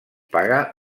paga